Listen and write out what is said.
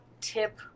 tip